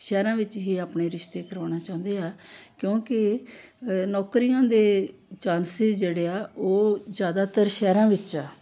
ਸ਼ਹਿਰਾਂ ਵਿੱਚ ਹੀ ਆਪਣੇ ਰਿਸ਼ਤੇ ਕਰਵਾਉਣਾ ਚਾਹੁੰਦੇ ਆ ਕਿਉਂਕਿ ਨੌਕਰੀਆਂ ਦੇ ਚਾਂਸਿਸ ਜਿਹੜੇ ਆ ਉਹ ਜ਼ਿਆਦਾਤਰ ਸ਼ਹਿਰਾਂ ਵਿੱਚ ਆ